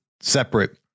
separate